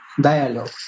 dialogue